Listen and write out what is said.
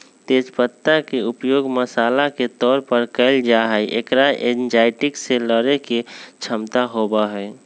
तेज पत्ता के उपयोग मसाला के तौर पर कइल जाहई, एकरा एंजायटी से लडड़े के क्षमता होबा हई